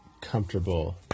comfortable